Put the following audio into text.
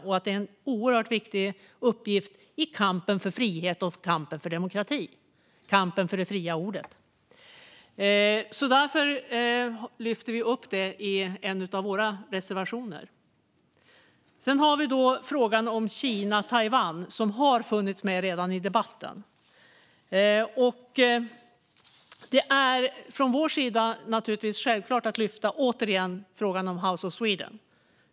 Detta är en oerhört viktig uppgift i kampen för frihet och demokrati och i kampen för det fria ordet. Därför tar Centerpartiet upp detta i en av sina reservationer. Frågan om Kina och Taiwan har redan tagits upp i debatten. För oss är det självklart att återigen ta upp frågan om House of Sweden.